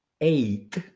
eight